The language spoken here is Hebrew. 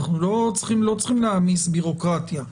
אנחנו לא צריכים להעמיס בירוקרטיה.